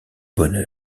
bonne